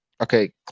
Okay